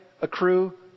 accrue